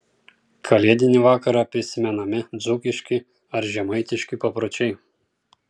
kalėdinį vakarą prisimenami dzūkiški ar žemaitiški papročiai